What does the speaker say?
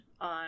on